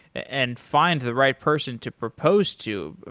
and find the right person to propose to.